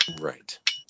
right